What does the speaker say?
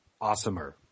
Awesomer